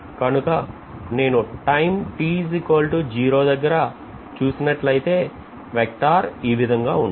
కనుక నేను టైం దగ్గర చూసినట్లయితే vector ఈ విధంగా ఉంటుంది